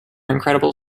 incredible